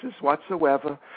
whatsoever